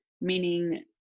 meaning